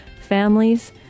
families